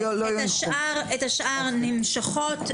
השאר נמשכות.